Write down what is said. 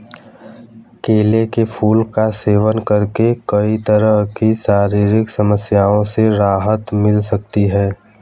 केले के फूल का सेवन करके कई तरह की शारीरिक समस्याओं से राहत मिल सकती है